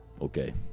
Okay